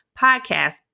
podcast